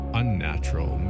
unnatural